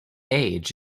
age